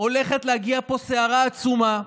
הולכת להגיע לפה סערה עצומה,